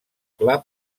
clar